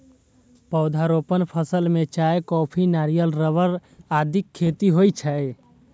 पौधारोपण फसल मे चाय, कॉफी, नारियल, रबड़ आदिक खेती होइ छै